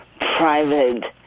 private